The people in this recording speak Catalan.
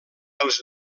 els